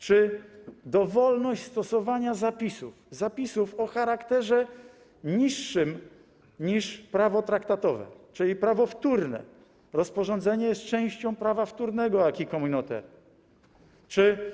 Czy dowolność stosowania zapisów o charakterze niższym niż prawo traktatowe, czyli prawo wtórne, rozporządzenie jest częścią prawa wtórnego, acquis communautaire.